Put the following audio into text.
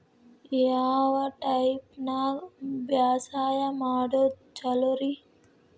ಯಾವ ಟೈಪ್ ನ್ಯಾಗ ಬ್ಯಾಸಾಯಾ ಮಾಡೊದ್ ಛಲೋರಿ?